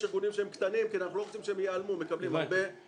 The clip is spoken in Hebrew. ארגונים קטנים שאיננו רוצים שהם ייעלמו אז הם מקבלים הרבה.